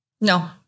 No